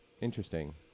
interesting